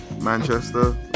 Manchester